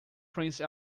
prince